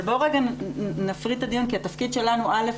אבל בואו רגע נפריד את הדיון כי התפקיד שלנו א.